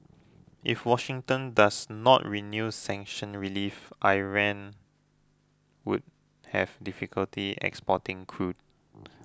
if Washington does not renew sanctions relief Iran would have difficulty exporting crude